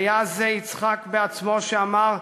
היה זה יצחק עצמו שאמר: